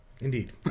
Indeed